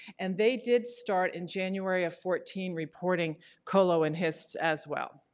and they did start in january of fourteen reporting colo and hysts as well.